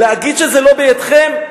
להגיד שזה לא בידכם?